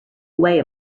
way